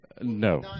No